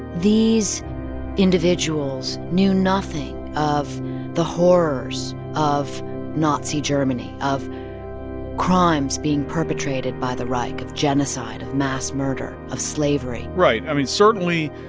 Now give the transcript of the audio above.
these individuals knew nothing of the horrors of nazi germany, of crimes being perpetrated by the reich, of genocide, of mass murder, of slavery right. i mean, certainly,